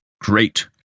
Great